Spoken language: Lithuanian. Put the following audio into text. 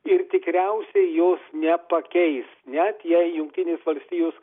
ir tikriausiai jos nepakeis net jei jungtinės valstijos